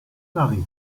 mari